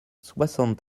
soixante